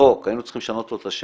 היינו צריכים לשנות לו את השם,